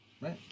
Right